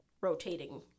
rotating